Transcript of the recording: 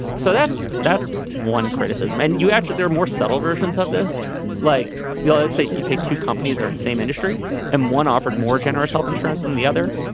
so that's that's one criticism and you actually there are more subtle versions of this like you know let's say you take two companies are in the same industry and one offered more generous health insurance than the other.